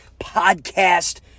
podcast